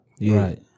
Right